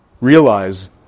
realize